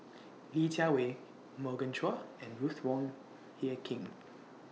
Li Jiawei Morgan Chua and Ruth Wong Hie King